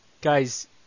Guys